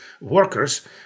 workers